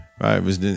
Right